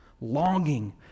Longing